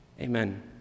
Amen